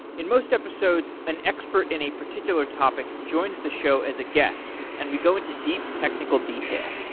in most episodes, an expert in a particular topic joins the show as a guest, and we go into deep technical detail.